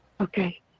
Okay